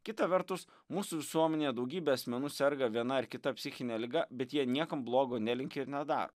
kita vertus mūsų visuomenėje daugybė asmenų serga viena ar kita psichine liga bet jie niekam blogo nelinki ir nedaro